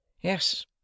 Yes